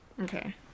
Okay